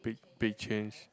big big change